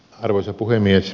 arvoisa puhemies